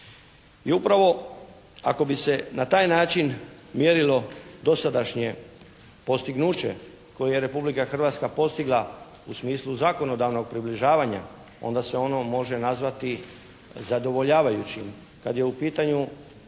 I upravo ako bi se na taj način mjerilo dosadašnje postignuće koje je Republika Hrvatska postigla u smislu zakonodavnog približavanja onda se ono može nazvati zadovoljavajućim,